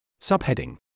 Subheading